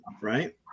right